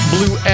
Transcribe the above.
Blue